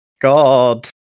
god